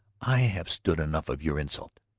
i have stood enough of your insult.